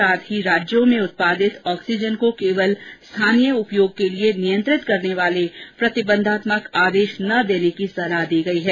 साथ ही राज्यों में उत्पादित ऑक्सीजन को केवल स्थानीय उपयोग के लिए नियंत्रित करने वाले प्रतिबंधात्मक आदेश न देने की सलाह दी गई है